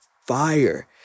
fire